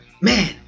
man